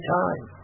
time